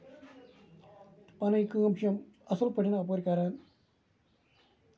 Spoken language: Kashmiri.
پَنٕنۍ کٲم چھِ یِم اَصٕل پٲٹھۍ اَپٲرۍ کران